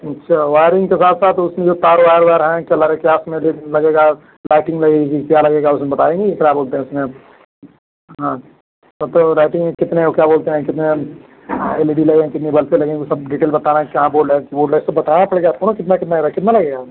अच्छा वाइरिन्ग के साथ साथ उसमें जो तार वायर वायर हैं के आस में लगेगा लाइटिन्ग लगेगी क्या लगेगा उसमें बताऍंगी क्या बोलते हैं उसमें हाँ सब तो हैं कितने वह क्या बोलते हैं कितने एल ई डी लगेंगी कितनी बल्बें लगेंगी वह सब डिटेल बताना है कहाँ है वह है सब बताना पड़ेगा आपको ना कितना कितना रहेगा कितना लगेगा